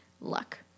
luck